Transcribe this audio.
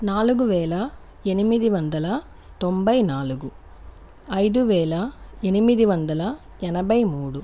నాలుగు వేల ఎనిమిది వందల తొంభై నాలుగు ఐదు వేల ఎనిమిది వందల ఎనభై మూడు